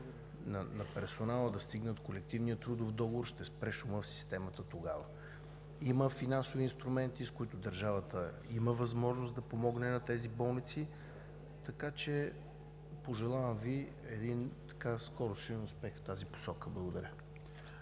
на персонала да стигнат колективния трудов договор и тогава ще спре шумът в системата. Има финансови инструменти, с които държавата има възможност да помогне на тези болници, така че пожелавам Ви един скорошен успех в тази посока. Благодаря.